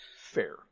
Fair